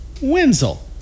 Wenzel